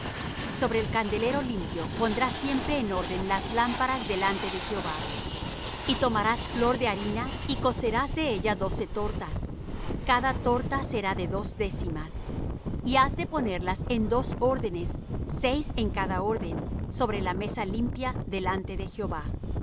sobre el candelero limpio pondrá siempre en orden las lámparas delante de jehová y tomarás flor de harina y cocerás de ella doce tortas cada torta será de dos décimas y has de ponerlas en dos órdenes seis en cada orden sobre la mesa limpia delante de jehová